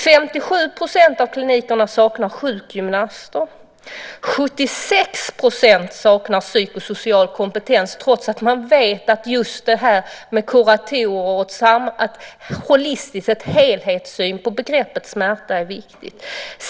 57 % av klinikerna saknar sjukgymnaster. 76 % saknar psykosocial kompetens, trots att man vet att just kuratorer är viktiga och en holistisk syn, en helhetssyn, på begreppet smärta är viktig.